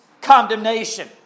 condemnation